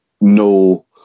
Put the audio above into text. no